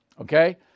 Okay